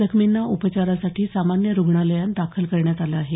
जखमींना उपचारासाठी सामान्य रुम्नालयात दाखल करण्यात आलं आहे